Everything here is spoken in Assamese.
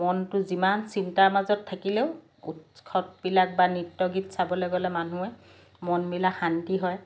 মনটো যিমান চিন্তাৰ মাজত থাকিলেও উৎসৱবিলাক বা নৃত্য গীত চাবলৈ গ'লে মানুহে মনবিলাক শান্তি হয়